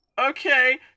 okay